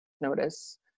notice